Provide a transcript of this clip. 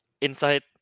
Inside